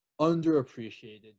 underappreciated